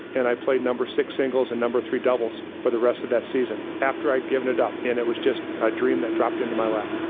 and i played number six singles and number three doubles for the rest of that season after i'd given it up, and it was just a dream that dropped into my lap.